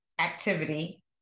activity